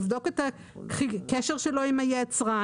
לבדוק את הקשר שלו עם היצרן,